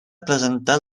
presentar